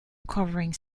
covering